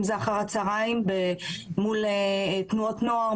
אם זה אחר הצהריים מול תנועות נוער,